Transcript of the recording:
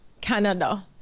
Canada